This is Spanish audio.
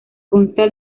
consta